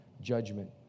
judgment